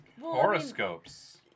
horoscopes